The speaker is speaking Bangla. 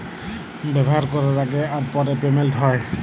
ব্যাভার ক্যরার আগে আর পরে পেমেল্ট হ্যয়